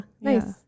Nice